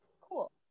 Cool